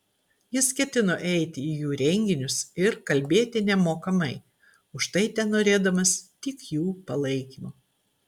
jis ketino eiti į jų renginius ir kalbėti nemokamai už tai tenorėdamas tik jų palaikymo